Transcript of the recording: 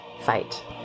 fight